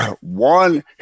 One